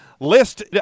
list